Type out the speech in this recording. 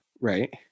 right